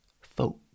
folk